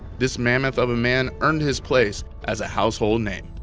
this mammoth of a man earned his place as a household name.